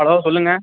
hello சொல்லுங்கள்